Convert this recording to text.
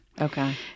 Okay